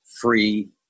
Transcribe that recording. free